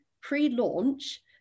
pre-launch